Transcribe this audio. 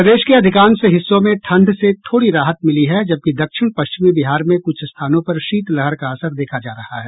प्रदेश के अधिकांश हिस्सों में ठंड से थोड़ी राहत मिली है जबकि दक्षिण पश्चिमी बिहार में कुछ स्थानों पर शीतलहर का असर देखा जा रहा है